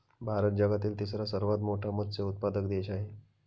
भारत जगातील तिसरा सर्वात मोठा मत्स्य उत्पादक देश आहे